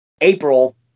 April